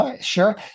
Sure